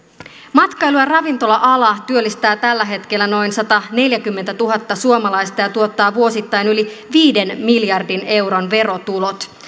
matkailu ja ravintola ala työllistää tällä hetkellä noin sataneljäkymmentätuhatta suomalaista ja tuottaa vuosittain yli viiden miljardin euron verotulot